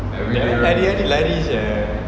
ya hari-hari lari sia